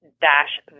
dash